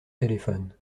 téléphone